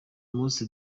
most